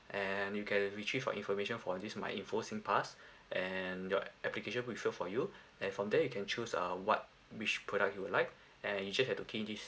and you can retrieve your information for this my info singpass and your application will fill for you and from there you can choose uh what which product you would like and you just have to key in this